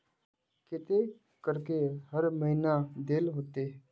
केते करके हर महीना देल होते?